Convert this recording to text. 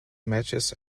matches